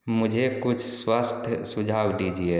मुझे कुछ स्वास्थ्य सुझाव दीजिए